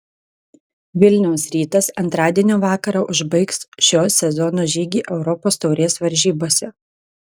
vilniaus rytas antradienio vakarą užbaigs šio sezono žygį europos taurės varžybose